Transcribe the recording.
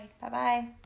Bye-bye